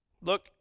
Look